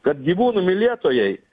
kad gyvūnų mylėtojai